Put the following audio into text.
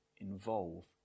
involve